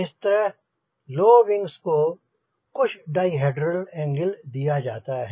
इस तरह low wings को कुछ डाईहेड्रल एंगल दिया जाता है